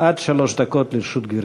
עד שלוש דקות לרשות גברתי.